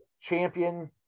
champion